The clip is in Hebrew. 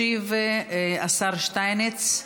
ישיב השר שטייניץ,